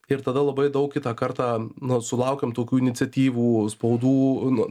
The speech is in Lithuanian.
ir tada labai daug kitą kartą na sulaukiam tokių iniciatyvų spaudų nu